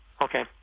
Okay